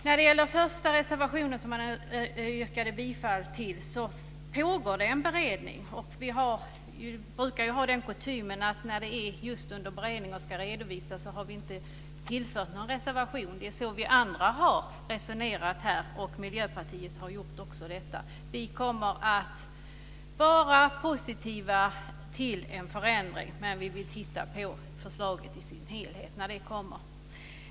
När det gäller den första reservationen, som man yrkat bifall till, pågår det en beredning. Vi brukar ju ha kutymen att inte reservera oss när ärenden är under beredning och ska redovisas. Det är så vi andra har resonerat här, även Miljöpartiet. Vi kommer att vara positiva till en förändring, men vi vill titta på förslaget i dess helhet när det kommer.